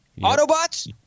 Autobots